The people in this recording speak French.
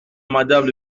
madame